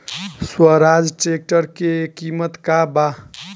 Swaraj tractor के किमत का बा?